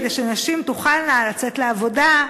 כדי שנשים תוכלנה לצאת לעבודה,